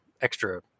extra